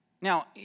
Now